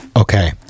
Okay